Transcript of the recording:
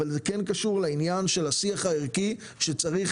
אבל זה כן קשור לעניין של השיח הערכי שצריך